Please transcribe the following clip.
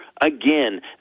again